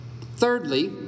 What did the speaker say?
Thirdly